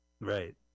Right